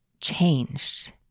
changed